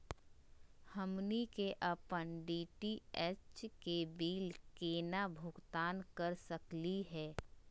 हमनी के अपन डी.टी.एच के बिल केना भुगतान कर सकली हे?